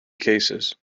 cases